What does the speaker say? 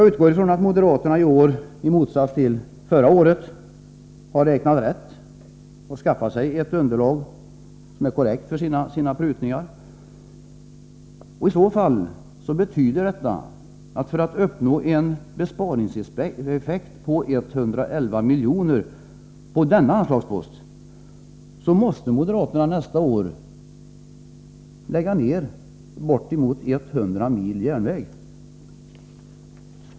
Jag utgår från att moderaterna i år, i motsats till förra året, har räknat rätt och skaffat sig ett korrekt underlag för sina prutningar. I så fall betyder detta att för att uppnå en besparingseffekt på 111 miljoner på denna anslagspost måste moderaterna nästa år lägga ner bortemot 100 mil järnväg.